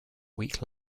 week